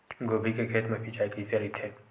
गोभी के खेत मा सिंचाई कइसे रहिथे?